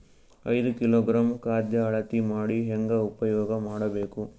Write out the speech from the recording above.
ಐದು ಕಿಲೋಗ್ರಾಂ ಖಾದ್ಯ ಅಳತಿ ಮಾಡಿ ಹೇಂಗ ಉಪಯೋಗ ಮಾಡಬೇಕು?